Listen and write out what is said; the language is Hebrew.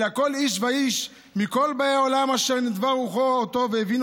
אלא כל איש ואיש מכל באי העולם אשר נדבה רוחו אותו והבינו